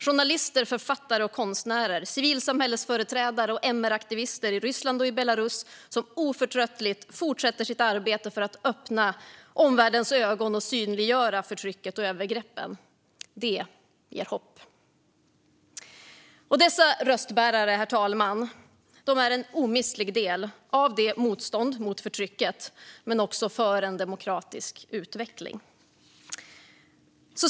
Journalister, författare, konstnärer, civilsamhällesföreträdare och MR-aktivister i Ryssland och i Belarus fortsätter oförtröttligt sitt arbete för att öppna omvärldens ögon och synliggöra förtrycket och övergreppen. Det ger hopp. Dessa röstbärare, herr talman, är en omistlig del av motståndet mot förtrycket, men de är också en del för en demokratisk utveckling.